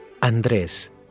Andrés